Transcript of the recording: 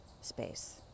space